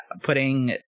putting